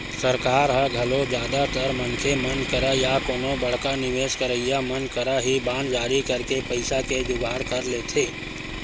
सरकार ह घलो जादातर मनखे मन करा या कोनो बड़का निवेस करइया मन करा ही बांड जारी करके पइसा के जुगाड़ कर लेथे